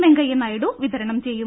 വെങ്കയ്യനായിഡു വിതരണം ചെയ്യും